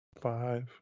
five